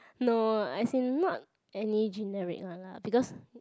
no as in not any generic one lah because